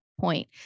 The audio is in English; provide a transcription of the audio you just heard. point